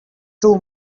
too